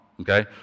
Okay